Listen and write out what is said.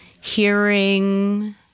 hearing